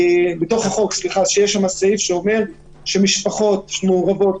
בתוך החוק סעיף שאומר שבמשפחות מעורבות,